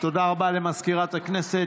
תודה רבה למזכירת הכנסת.